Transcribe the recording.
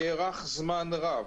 ייארך זמן רב.